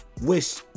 wish